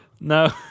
no